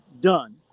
done